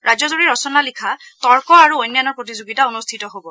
ৰাজ্যজুৰি ৰচনা লিখা তৰ্ক আৰু অন্যান্য প্ৰতিযোগিতা অনুষ্ঠিত হ'ব